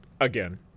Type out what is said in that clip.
again